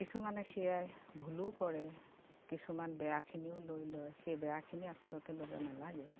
কিছুমানে সেয়াই ভুলো কৰে কিছুমান বেয়াখিনিও লৈ লয় সেই বেয়াখিনি আচলতে ল'ব নালাগে